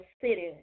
city